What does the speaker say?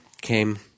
came